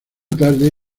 tarde